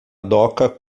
doca